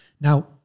Now